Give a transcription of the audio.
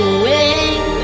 away